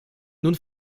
nun